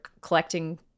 collecting